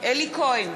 אלי כהן,